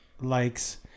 likes